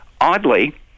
Oddly